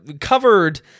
covered